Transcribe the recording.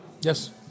Yes